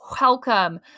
welcome